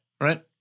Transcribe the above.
right